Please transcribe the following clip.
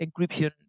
encryption